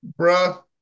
Bruh